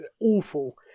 awful